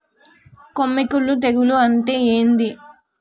కొమ్మి కుల్లు తెగులు అంటే ఏంది?